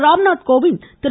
Ramnath Kovind Thiru